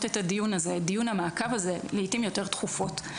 את דיון המעקב הזה לעתים יותר תכופות.